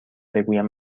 بگویم